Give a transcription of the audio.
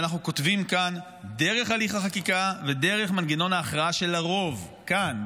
אנחנו כותבים כאן דרך הליך החקיקה ודרך מנגנון ההכרעה של הרוב כאן,